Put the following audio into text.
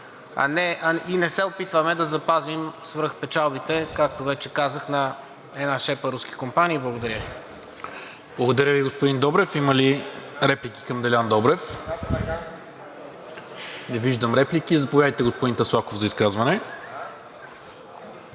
и не се опитваме да запазим свръхпечалбите, както вече казах, на една шепа руски компании. Благодаря Ви. ПРЕДСЕДАТЕЛ НИКОЛА МИНЧЕВ: Благодаря Ви, господин Добрев. Има ли реплики към Делян Добрев? Не виждам. Заповядайте, господин Таслаков за изказване.